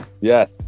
yes